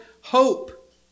hope